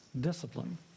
discipline